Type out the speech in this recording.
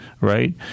Right